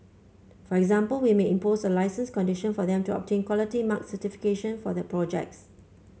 for example we may impose a licence condition for them to obtain Quality Mark certification for their projects